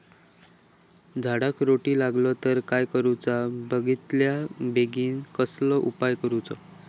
झाडाक रोटो लागलो तर काय करुचा बेगितल्या बेगीन कसलो उपाय करूचो?